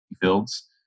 fields